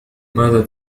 ماذا